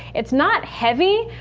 it's not heavy,